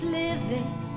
living